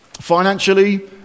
Financially